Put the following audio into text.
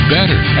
Better